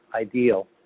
ideal